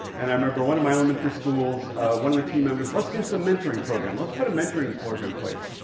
and i remember one of my elementary schools one of the team members let's do some mentoring program. let's put a mentoring program in place.